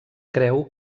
creu